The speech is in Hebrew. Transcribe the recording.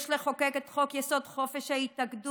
יש לחוקק את חוק-יסוד: חופש ההתאגדות,